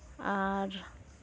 ᱟᱨ